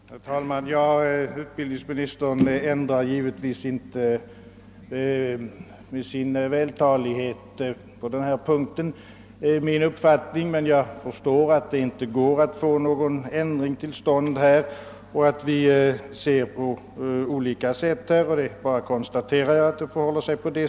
Herr talman! Utbildningsministern påverkar givetvis inte min uppfattning med sin vältalighet på denna punkt, men jag förstår att det inte går att få någon ändring till stånd och att vi ser saken på olika sätt. Det är bara att konstatera att det förhåller sig så.